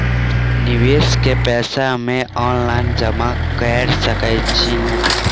निवेश केँ पैसा मे ऑनलाइन जमा कैर सकै छी नै?